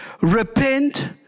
Repent